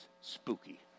spooky